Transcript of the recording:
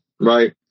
right